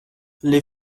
les